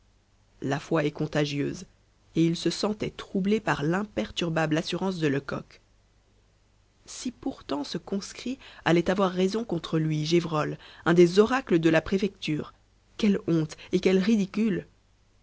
la foi est contagieuse et il se sentait troublé par l'imperturbable assurance de lecoq si pourtant ce conscrit allait avoir raison contre lui gévrol un des oracles de la préfecture quelle honte et quel ridicule